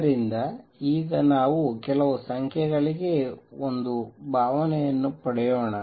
ಆದ್ದರಿಂದ ಈಗ ನಾವು ಕೆಲವು ಸಂಖ್ಯೆಗಳಿಗೆ ಒಂದು ಭಾವನೆಯನ್ನು ಪಡೆಯೋಣ